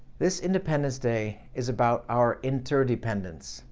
this independence day is about our inter-dependence,